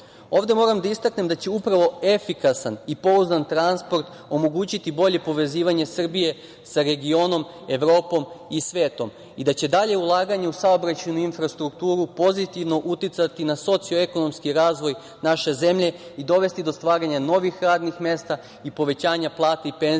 toga. Ovde moram da istaknem da će upravo efikasan i pouzdan transport omogućiti bolje povezivanje Srbije sa regionom, Evropom i svetom i da će dalje ulaganje u saobraćajnu infrastrukturu pozitivno uticati na socioekonomski razvoj naše zemlje i dovesti do stvaranja novih radnih mesta i povećanja plata i penzija,